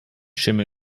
schimmel